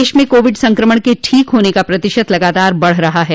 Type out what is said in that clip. देश में कोविड संक्रमण से ठीक होने का प्रतिशत लगातार बढ रहा है